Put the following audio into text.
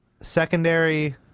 secondary